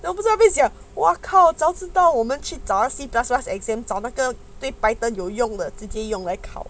要不知道九江哇靠着知道我们去找那个 C plus plus exam 找那个对 python 有用的自己用来考